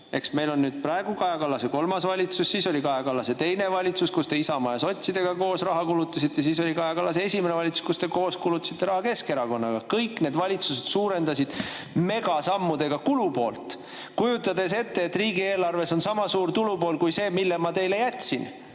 ... Meil on praegu Kaja Kallase kolmas valitsus. Siis oli Kaja Kallase teine valitsus, kus te Isamaa ja sotsidega koos raha kulutasite, ja oli Kaja Kallase esimene valitsus, kus te kulutasite raha koos Keskerakonnaga. Kõik need valitsused suurendasid megasammudega kulupoolt, kujutades ette, et riigieelarves on sama suur tulupool kui see, mille ma teile jätsin.